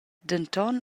denton